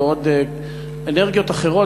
אנרגיות אחרות,